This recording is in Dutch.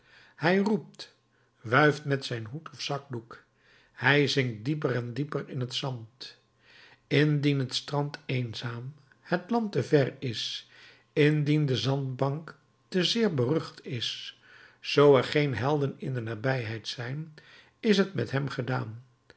hij roept wuift met zijn hoed of zakdoek hij zinkt dieper en dieper in het zand indien het strand eenzaam het land te ver is indien de zandbank te zeer berucht is zoo er geen helden in de nabijheid zijn is het met hem gedaan